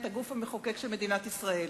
הגוף המחוקק של מדינת ישראל.